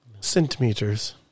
centimeters